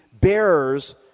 Bearers